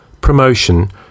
promotion